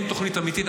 אין תוכנית אמיתית.